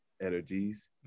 energies